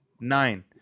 nine